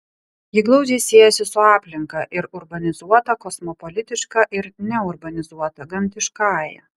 ji glaudžiai siejasi su aplinka ir urbanizuota kosmopolitiška ir neurbanizuota gamtiškąja